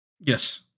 Yes